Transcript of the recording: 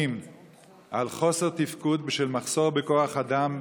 על חוסר תפקוד בשל מחסור בכוח אדם,